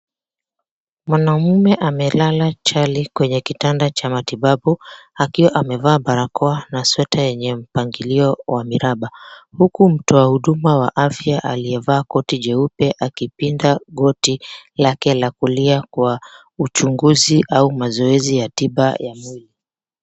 Mwanaume amelala chali kwenye kitanda cha matibabu akiwa amevaa barakoa na sweta yenye mpangilio wa miraba. Huku mtu wa huduma wa afya aliyevaa koti jeupe akipinda goti lake la kulia kwa uchunguzi au mazoezi ya tiba ya mwili.